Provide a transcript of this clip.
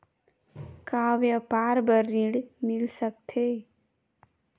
का व्यापार बर ऋण मिल सकथे?